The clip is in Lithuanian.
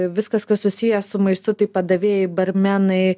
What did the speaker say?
viskas kas susiję su maistu tai padavėjai barmenai